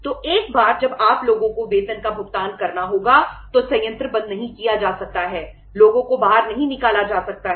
तो एक बार जब आप लोगों को वेतन का भुगतान करना होगा तो संयंत्र बंद नहीं किया जा सकता है लोगों को बाहर नहीं निकाला जा सकता है